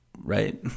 right